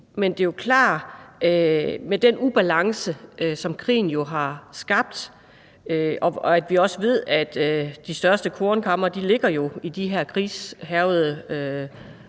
men det er klart, at med den ubalance, som krigen har skabt, og da vi også ved, at de største kornkamre ligger i de her krigshærgede